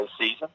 season